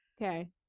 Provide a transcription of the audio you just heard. Okay